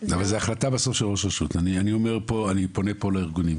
זו החלטה בסוף של ראש רשות אני פונה פה לארגונים.